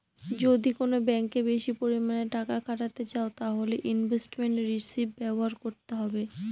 যদি কোন ব্যাঙ্কে বেশি পরিমানে টাকা খাটাতে চাও তাহলে ইনভেস্টমেন্ট রিষিভ ব্যবহার করতে হবে